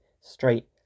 straight